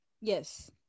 yes